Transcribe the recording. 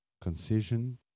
concision